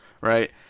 right